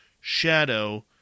shadow